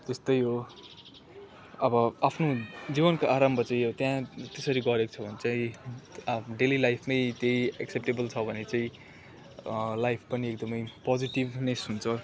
त्यस्तै हो अब आफ्नो जीवनको आरम्भ चाहिँ यो त्यहाँ त्यसरी गरेको छ भने चाहिँ डेली लाइफ नै त्यही एक्सेपटेबल छ भने चाहिँ लाइफ पनि एकदमै पोजिटिभनेस हुन्छ